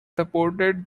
supported